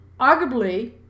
Arguably